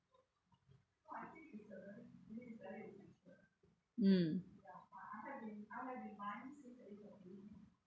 mm